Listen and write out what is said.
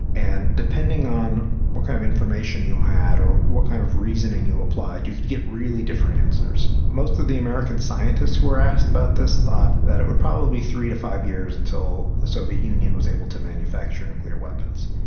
and depending on what kind of information you had or what kind of reasoning you applied, you could get really different answers. most of the american scientists who were asked about this thought that it would probably be three to five years until the soviet union was able to manufacture nuclear weapons.